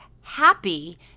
happy